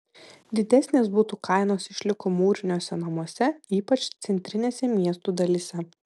didesnės butų kainos išliko mūriniuose namuose ypač centrinėse miestų dalyse